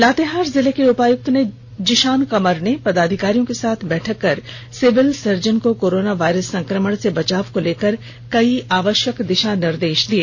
लातेहार जिले के उपायुक्त ने जिशान कमर ने पदाधिकारियों के साथ बैठक कर सिविल सर्जन को कोरोना वायरस संक्रमण से बचाव को लेकर कई आवश्यक दिशा निर्देश दिए